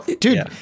dude